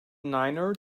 niner